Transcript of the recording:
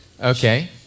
Okay